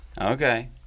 Okay